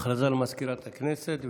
הודעה לסגנית מזכיר הכנסת,